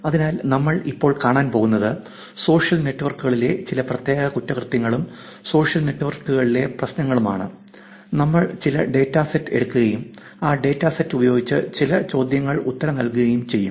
അതിനാൽ നമ്മൾ ഇപ്പോൾ കാണാൻ പോകുന്നത് സോഷ്യൽ നെറ്റ്വർക്കുകളിലെ ചില പ്രത്യേക കുറ്റകൃത്യങ്ങളും സോഷ്യൽ നെറ്റ്വർക്കുകളിലെ പ്രശ്നങ്ങളുമാണ് നമ്മൾ ചില ഡാറ്റ സെറ്റ് എടുക്കുകയും ആ ഡാറ്റ സെറ്റ് ഉപയോഗിച്ച് ചില ചോദ്യങ്ങൾക്ക് ഉത്തരം നൽകുകയും ചെയ്യും